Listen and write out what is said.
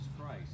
Christ